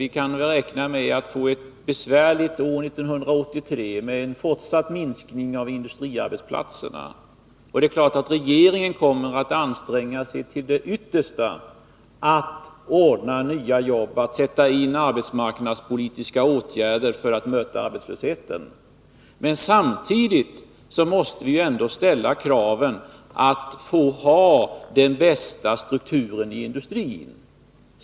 Vi kan räkna med att få ett besvärligt år 1983 med en fortsatt minskning av industriarbetsplatserna. Det är klart att regeringen kommer att anstränga sig till det yttersta för att ordna nya jobb och sätta in arbetsmarknadspolitiska åtgärder för att möta arbetslösheten. Men samtidigt måste vi ändå ställa krav på att få ha den bästa strukturen i industrin.